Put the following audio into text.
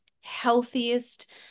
healthiest